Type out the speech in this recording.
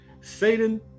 Satan